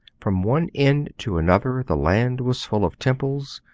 from one end to another the land was full of temples,